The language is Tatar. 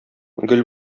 гөл